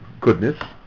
goodness